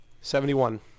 seventy-one